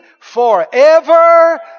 forever